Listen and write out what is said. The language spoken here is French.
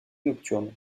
nocturne